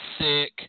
sick